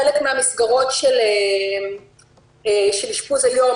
חלק מן המסגרות של אשפוז היום,